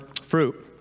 fruit